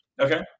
okay